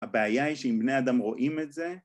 ‫הבעיה היא שאם בני אדם רואים את זה...